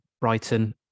Brighton